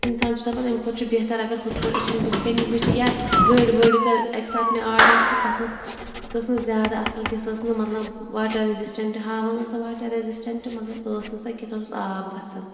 اِنسان چھِ دَپان اَمہِ کھۄتہٕ چھِ بہتر اگر ہُتھ پٲٹھۍ أچھَن بٔتھِ کَنی وٕچھِ یَس گٔر ؤر کٔر اَکہِ ساتہٕ مےٚ آرڈَر تہٕ تَتھ اوس سُہ ٲس نہٕ زیادٕ اَصٕل کینٛہہ سُہ ٲس نہٕ مطلب واٹَر رٮ۪زِسٹَنٛٹہٕ ہاوان ٲس سۄ واٹَر رٮ۪زِسٹَنٛٹہٕ مگر ٲس نہٕ سۄ کینٛہہ تَتھ اوس آب گژھان